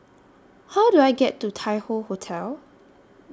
How Do I get to Tai Hoe Hotel